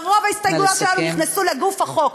ורוב ההסתייגויות שלנו נכנסו לגוף החוק,